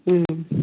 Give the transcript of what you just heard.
ம்